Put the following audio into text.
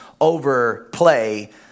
overplay